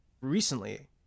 recently